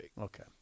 Okay